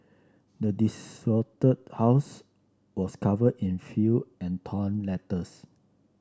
the desolated house was covered in filth and torn letters